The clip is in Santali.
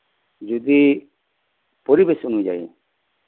ᱡᱩᱫᱤ ᱯᱚᱨᱤᱵᱮᱥ ᱚᱱᱩᱡᱟᱹᱭᱤ